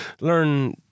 learn